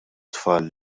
tfal